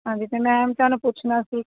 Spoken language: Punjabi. ਹਾਂਜੀ ਤੇ ਮੈਮ ਤੁਹਾਨੂੰ ਪੁੱਛਣਾ ਸੀ